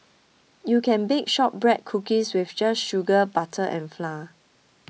you can bake Shortbread Cookies just with sugar butter and flour